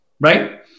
right